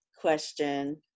question